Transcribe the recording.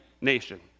nation